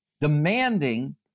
demanding